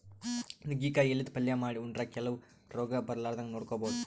ನುಗ್ಗಿಕಾಯಿ ಎಲಿದ್ ಪಲ್ಯ ಮಾಡ್ ಉಂಡ್ರ ಕೆಲವ್ ರೋಗ್ ಬರಲಾರದಂಗ್ ನೋಡ್ಕೊಬಹುದ್